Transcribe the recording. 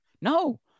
No